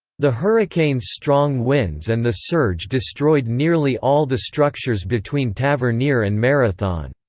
the hurricane's strong winds and the surge destroyed nearly all the structures between tavernier and marathon.